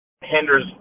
hinders